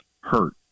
hurt